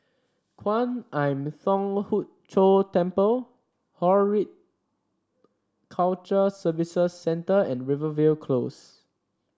Kwan Im Thong Hood Cho Temple culture Services Centre and Rivervale Close